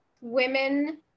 women